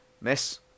miss